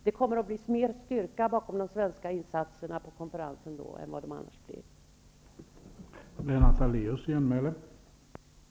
Det kommer att ge de svenska insatserna på konferensen mer styrka än de annars skulle ha.